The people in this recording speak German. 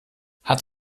hat